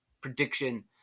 prediction